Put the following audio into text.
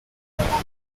temprano